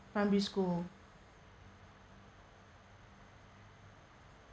primary school